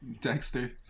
Dexter